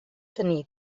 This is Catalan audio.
tenir